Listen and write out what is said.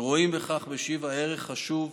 ורואים בכך בשיבא ערך חשוב.